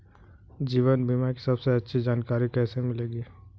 जीवन बीमा की सबसे अच्छी जानकारी कैसे मिलेगी?